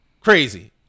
crazy